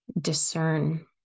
discern